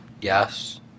Yes